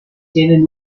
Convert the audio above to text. tienen